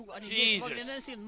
Jesus